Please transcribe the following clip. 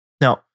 Now